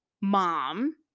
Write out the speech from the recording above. mom